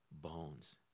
bones